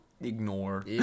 Ignore